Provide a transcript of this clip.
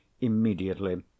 immediately